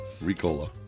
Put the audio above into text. Ricola